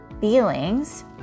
feelings